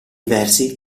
versi